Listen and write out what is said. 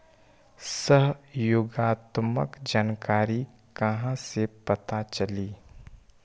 सहयोगात्मक जानकारी कहा से पता चली?